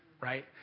right